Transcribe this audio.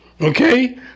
Okay